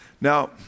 Now